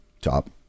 top